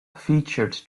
featured